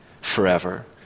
forever